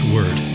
Word